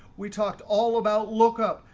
we talked all about lookup,